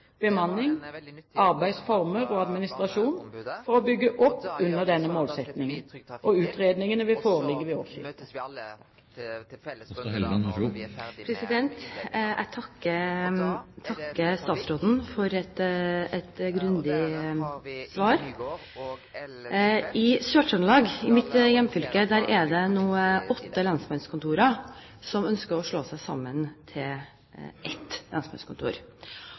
bemanning, arbeidsformer og administrasjon for å bygge opp under denne målsettingen. Utredningene vil foreligge ved årsskiftet. Jeg takker statsråden for et grundig svar. I Sør-Trøndelag, mitt hjemfylke, er det nå åtte lensmannskontorer som ønsker å slå seg sammen til ett lensmannskontor.